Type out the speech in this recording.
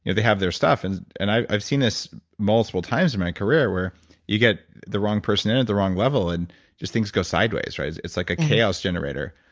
they have their stuff, and and i've i've seen this multiple times in my career where you get the wrong person in and the wrong level and just things go sideways, right? it's like a chaos generator.